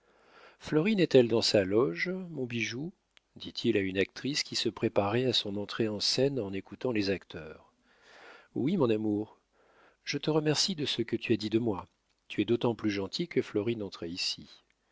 florine est-elle dans sa loge mon bijou dit-il à une actrice qui se préparait à son entrée en scène en écoutant les acteurs oui mon amour je te remercie de ce que tu as dit de moi tu es d'autant plus gentil que florine entrait ici